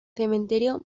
cementerio